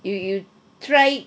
you you try